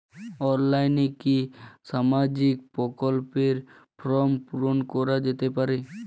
অনলাইনে কি সামাজিক প্রকল্পর ফর্ম পূর্ন করা যেতে পারে?